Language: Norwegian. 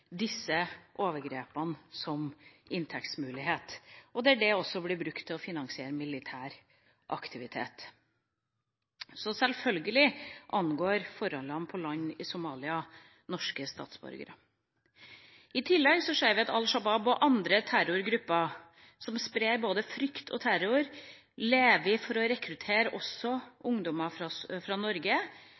disse overgrepene som en inntektsmulighet, og der dette også blir brukt til å finansiere militær aktivitet. Så sjølsagt angår forholdene på land i Somalia norske statsborgere. I tillegg ser vi at Al Shabaab og andre terrorgrupper, som sprer både frykt og terror, lever for å rekruttere ungdommer fra